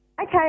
Okay